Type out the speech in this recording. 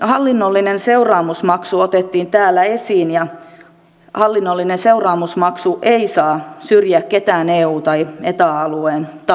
hallinnollinen seuraamusmaksu otettiin täällä esiin ja hallinnollinen seuraamusmaksu ei saa syrjiä ketään eu tai eta alueen tahoa